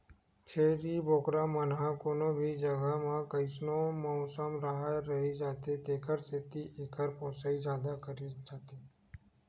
छेरी बोकरा मन ह कोनो भी जघा म कइसनो मउसम राहय रहि जाथे तेखर सेती एकर पोसई जादा करे जाथे